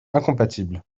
incompatibles